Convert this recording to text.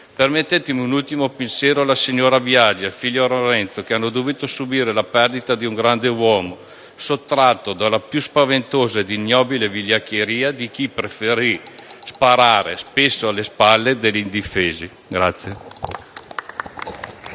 rivolgere un ultimo pensiero alla signora Biagi e al figlio Lorenzo, che hanno dovuto subire la perdita di un grande uomo, sottratto dalla più spaventosa e ignobile vigliaccheria di chi preferì sparare spesso alle spalle degli indifesi.